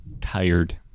tired